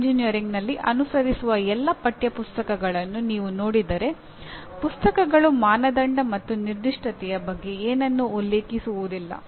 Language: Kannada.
ಎಂಜಿನಿಯರಿಂಗ್ನಲ್ಲಿ ಅನುಸರಿಸುವ ಎಲ್ಲಾ ಪಠ್ಯ ಪುಸ್ತಕಗಳನ್ನು ನೀವು ನೋಡಿದರೆ ಪುಸ್ತಕಗಳು ಮಾನದಂಡ ಮತ್ತು ನಿರ್ದಿಷ್ಟತೆಯ ಬಗ್ಗೆ ಏನನ್ನೂ ಉಲ್ಲೇಖಿಸುವುದಿಲ್ಲ